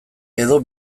edo